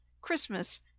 Christmas